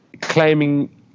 claiming